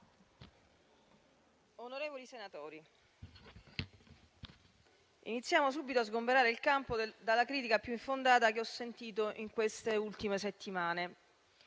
onorevoli senatori, iniziamo subito a sgomberare il campo dalla critica più infondata che ho sentito nelle ultime settimane,